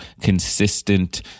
consistent